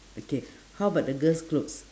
okay how about the girl's clothes